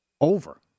over